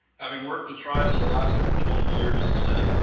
having worked with tribes in alaska for twenty years, is that